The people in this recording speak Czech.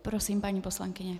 Prosím, paní poslankyně.